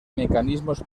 mecanismos